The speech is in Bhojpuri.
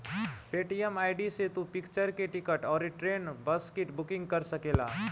पेटीएम आई.डी से तू पिक्चर के टिकट अउरी ट्रेन, बस के बुकिंग कर सकेला